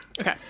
Okay